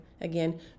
Again